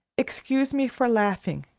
excuse me for laughing,